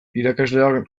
irakasleak